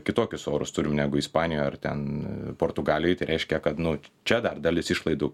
kitokius orus turim negu ispanijoj ar ten portugalijoj tai reiškia kad nu čia dar dalis išlaidų